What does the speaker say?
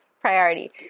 priority